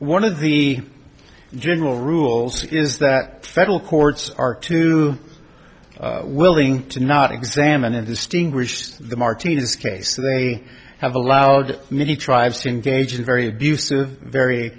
one of the general rules is that federal courts are too willing to not examine and distinguish the martinez case they have allowed many tribes to engage in very abusive very